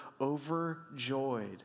overjoyed